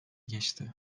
geçti